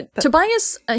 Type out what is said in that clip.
Tobias